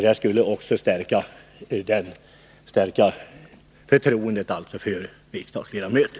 Det skulle också stärka förtroendet för riksdagens ledamöter.